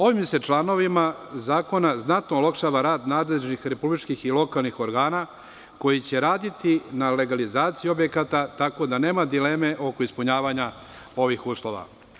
Ovim bi se članovima zakona znatno olakšao rad nadležnih republičkih i lokalnih organa koji će raditi na legalizaciji objekata, tako da nema dileme oko ispunjavanja ovih uslova.